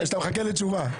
יחשבו שאתה מחכה לתשובה.